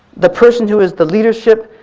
the person who is the leadership,